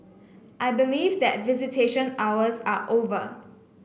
I believe that visitation hours are over